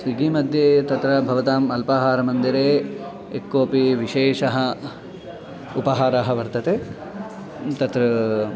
स्विग्गिमध्ये तत्र भवताम् अल्पाहारमन्दिरे यक्कोपि विशेषः उपहारः वर्तते तत्